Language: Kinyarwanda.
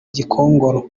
gikongoro